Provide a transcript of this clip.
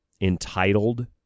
entitled